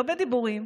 לא בדיבורים,